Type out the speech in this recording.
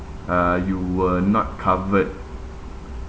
uh you were not covered